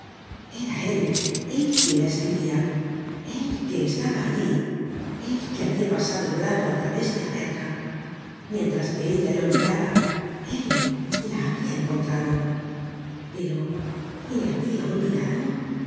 era él él quien la escribia él que estaba allí él que habia pasado el brazo al través de la verja mientras que ella le olvidaba él la habia encontrado pero le habia olvidado